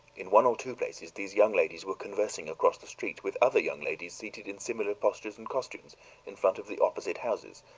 in one or two places these young ladies were conversing across the street with other young ladies seated in similar postures and costumes in front of the opposite houses,